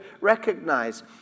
recognize